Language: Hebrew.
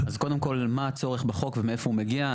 קודם כל מה הצורך בחוק ומאיפה הוא מגיע.